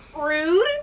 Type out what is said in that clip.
Rude